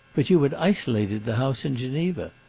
but you had isolated the house in geneva.